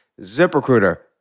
ZipRecruiter